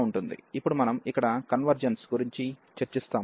ఇప్పుడు మనం ఇక్కడ కన్వెర్జెన్స్ గురించి చర్చిస్తాము